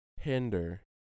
Hinder